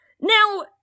now